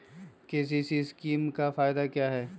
KCC scheme का फायदा क्या है?